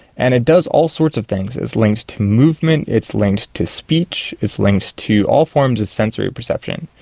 and it does all sorts of things. it's linked to movement, it's linked to speech, it's linked to all forms of sensory perception.